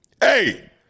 Hey